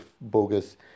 bogus